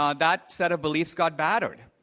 um that set of beliefs got battered,